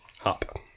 Hop